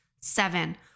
Seven